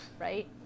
right